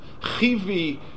Chivi